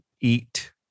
eat